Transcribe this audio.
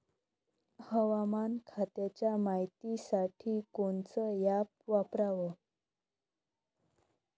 हवामान खात्याच्या मायतीसाठी कोनचं ॲप वापराव?